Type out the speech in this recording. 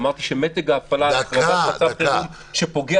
אמרתי שמתג ההפעלה על הכרזת מצב חירום שפוגע